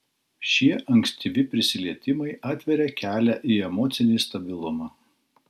šie ankstyvi prisilietimai atveria kelią į emocinį stabilumą